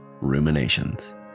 Ruminations